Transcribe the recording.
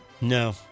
No